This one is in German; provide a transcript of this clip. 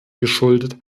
geschuldet